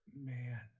Man